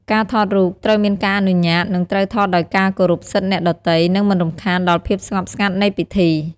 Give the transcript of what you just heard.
ការថតរូបត្រូវមានការអនុញ្ញាត និងត្រូវថតដោយការគោរពសិទ្ធិអ្នកដទៃ និងមិនរំខានដល់ភាពស្ងប់ស្ងាត់នៃពិធី។